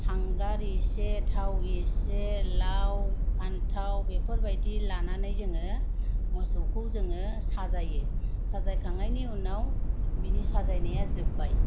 हांगार एसे थाव एसे लाव फान्थाव बेफोरबायदि लानानै जोङो मोसौखौ जोङो साजायो साजायखांनायनि उनाव बिनि साजायनाया जोबबाय